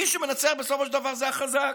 מי שמנצח בסופו של דבר זה החזק.